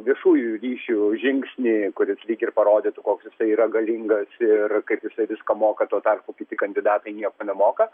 viešųjų ryšių žingsnį kuris lyg ir parodytų koks jisai yra galingas ir kaip jisai viską moka tuo tarpu kiti kandidatai nieko nemoka